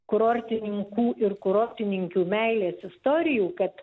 kurortininkų ir kurortininkių meilės istorijų kad